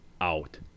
out